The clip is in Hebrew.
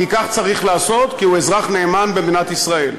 כי כך צריך לעשות, כי הוא אזרח נאמן במדינת ישראל.